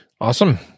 awesome